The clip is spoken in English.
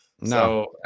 no